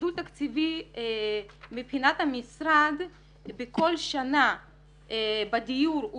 גידול תקציבי מבחינת המשרד בכל שנה בדיור הוא